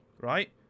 Right